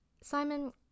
Simon